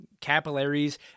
capillaries